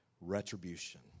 retribution